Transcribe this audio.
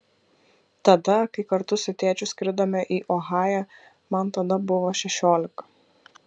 tada kai kartu su tėčiu skridome į ohają man tada buvo šešiolika